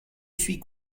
suis